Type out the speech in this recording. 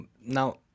Now